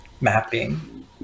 mapping